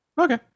Okay